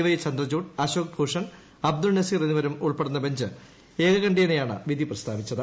Y Chandrachud Ashok Bhushan Abdul Nazeer എന്നിവരും ഉൾപ്പെടുന്ന bench ഏക കണ്ഠ്യേനയാണ് വിധി പ്രസ്താവിച്ചത്